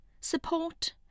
Support